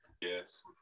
Yes